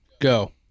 go